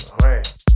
right